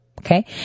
Okay